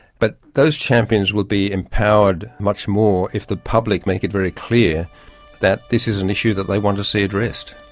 but those champions will be empowered much more if the public make it very clear that this is an issue that they want to see addressed.